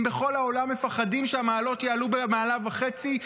אם בכל העולם מפחדים שהמעלות יעלו במעלה וחצי,